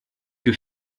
que